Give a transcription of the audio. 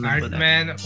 Artman